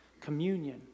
communion